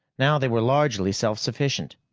now they were largely self-sufficient.